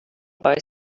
boy